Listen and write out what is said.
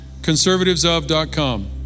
Conservativesof.com